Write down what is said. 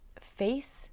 face